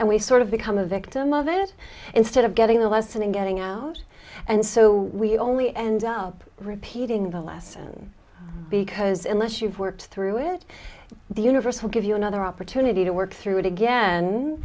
and we sort of become a victim of it instead of getting the lesson and getting out and so we only end up repeating the last because unless you've worked through it the universe will give you another opportunity to work through it again